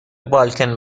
بالکن